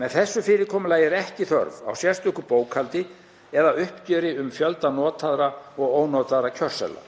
Með þessu fyrirkomulagi er ekki þörf á sérstöku bókhaldi eða uppgjöri um fjölda notaðra og ónotaðra kjörseðla